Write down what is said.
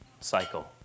cycle